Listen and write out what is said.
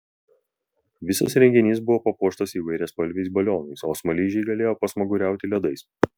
visas renginys buvo papuoštas įvairiaspalviais balionais o smaližiai galėjo pasmaguriauti ledais